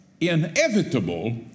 inevitable